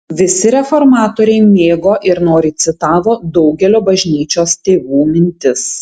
visi reformatoriai mėgo ir noriai citavo daugelio bažnyčios tėvų mintis